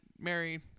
Mary